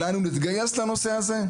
שכולנו נתגייס לטובת טיפול בנושא הזה.